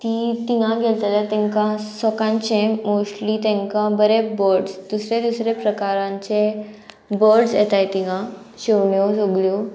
ती तिंगा गेले जाल्यार तेंकां सोकांचे मोस्टली तेंकां बरे बर्ड्स दुसरे दुसरे प्रकारांचे बड्स येताय तिंगा शेवण्यो सगळ्यो